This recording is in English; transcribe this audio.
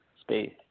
space